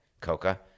Coca